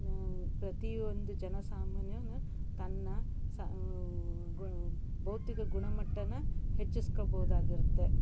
ಪ್ರತಿಯೊಂದು ಜನ ಸಾಮಾನ್ಯನು ತನ್ನ ಬೌದ್ಧಿಕ ಗುಣಮಟ್ಟನ ಹೆಚ್ಚಿಸ್ಕೊಬೋದಾಗಿರುತ್ತೆ